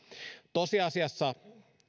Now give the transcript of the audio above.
tosiasiassa